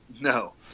No